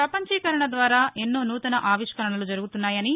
ప్రపంచీకరణ ద్వారా ఎన్నో నూతన ఆవిష్కరణలు జరుగుతున్నాయని